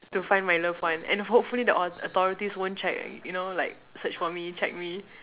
to find my loved one and hopefully the au~ authorities won't check you know like search for me check me